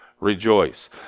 rejoice